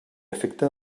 afecta